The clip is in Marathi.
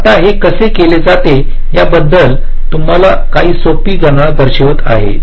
आता ते कसे केले जाते याबद्दल मी तुम्हाला काही सोपी गणना दर्शवित आहे